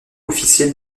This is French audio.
officiel